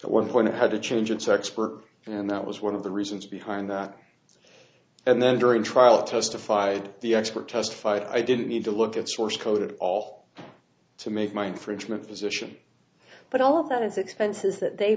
at one point it had to change its expert and that was one of the reasons behind that and then during trial testified the expert testified i didn't need to look at source code at all to make my infringement position but all of that is expenses th